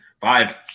Five